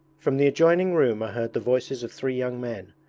from the adjoining room are heard the voices of three young men,